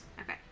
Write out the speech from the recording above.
Okay